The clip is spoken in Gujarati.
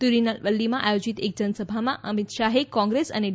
તિરૂનેલવલ્લીમાં આયોજીત એક જનસભામાં અમિત શાહે કોંગ્રેસ અને ડી